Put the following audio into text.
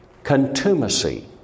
Contumacy